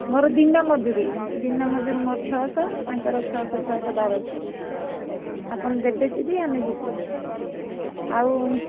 ମୋର ଦିନ ମଜୁରୀ ଦିନ ମଜୁରୀ ମୋର ଛଅଶହ ତାଙ୍କର ଛଅଶହ ଛଅଶହ ବାରଶହ ଆପଣ ଦେବେ ଯଦି ଆମେ ଯିବୁ ଆଉ